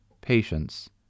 patience